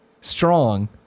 strong